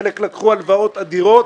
חלקם לקח הלוואות אדירות